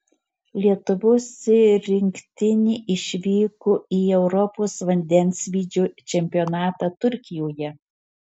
lietuvos rinktinė išvyko į europos vandensvydžio čempionatą turkijoje